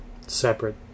Separate